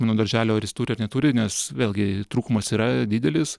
nuo darželio ar jis turi ar neturi nes vėlgi trūkumas yra didelis